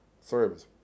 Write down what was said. service